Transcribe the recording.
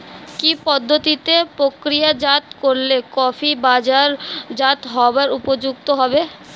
কি পদ্ধতিতে প্রক্রিয়াজাত করলে কফি বাজারজাত হবার উপযুক্ত হবে?